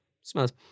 smells